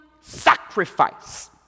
sacrifice